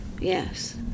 Yes